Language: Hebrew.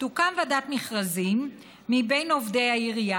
"תוקם ועדת מכרזים מבין עובדי העירייה,